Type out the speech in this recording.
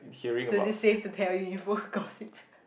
so is it safe to tell you info gossip